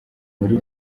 muri